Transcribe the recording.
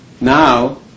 now